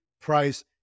price